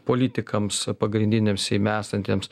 politikams pagrindiniams seime esantiems